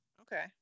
Okay